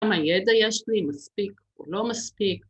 ‫כמה ידע יש לי, מספיק או לא מספיק.